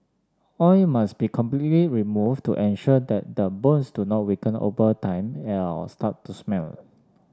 oil must be completely removed to ensure that the bones do not weaken over time start to smell